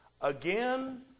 again